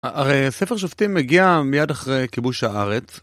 הרי ספר שופטים מגיע מיד אחרי כיבוש הארץ